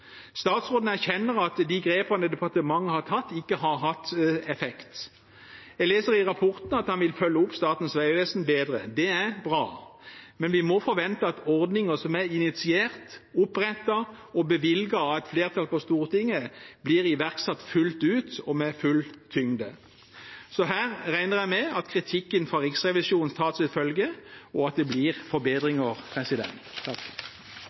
Statsråden erkjenner at de grepene departementet har tatt, ikke har hatt effekt. Jeg leser i rapporten at han vil følge opp Statens vegvesen bedre. Det er bra, men vi må forvente at ordninger som er initiert, opprettet og bevilget av et flertall på Stortinget, blir iverksatt fullt ut og med full tyngde. Her regner jeg med at kritikken fra Riksrevisjonen tas til følge, og at det blir